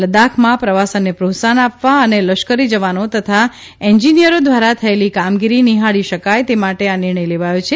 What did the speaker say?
લદાખમાં પ્રવાસનને પ્રોત્સાહન આપવા અને લશ્કરી જવાનો તથા એન્જીનિયરો દ્વારા થયેલી કામગીરી નીહાળી શકાય તે માટે આ નિર્ણય લેવાયો છે